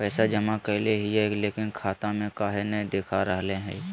पैसा जमा कैले हिअई, लेकिन खाता में काहे नई देखा रहले हई?